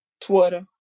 Twitter